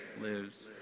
lives